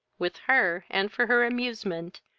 with her, and for her amusement,